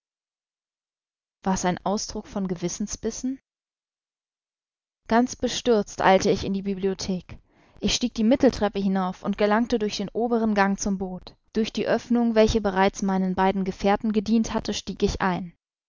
war's ein ausdruck von gewissensbissen ganz bestürzt eilte ich in die bibliothek ich stieg die mitteltreppe hinauf und gelangte durch den oberen gang zum boot durch die oeffnung welche bereits meinen beiden gefährten gedient hatte stieg ich ein